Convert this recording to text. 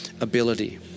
Ability